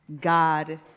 God